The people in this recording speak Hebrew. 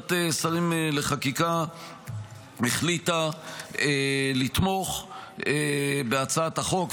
ועדת שרים לחקיקה החליטה לתמוך בהצעת החוק,